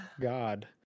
God